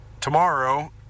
tomorrow